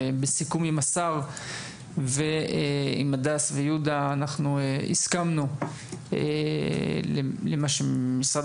בסיכום עם השר ועם הדס ויהודה אנחנו הסכמנו למה שמה שמשרד